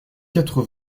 quatre